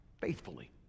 faithfully